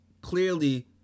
Clearly